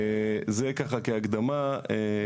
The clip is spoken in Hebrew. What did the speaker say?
זה ככה כהקדמה.